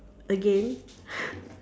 again